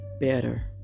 better